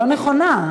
לא נכונה,